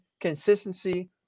consistency